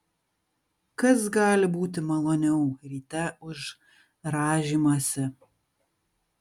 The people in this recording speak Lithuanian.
kas gali būti maloniau ryte už rąžymąsi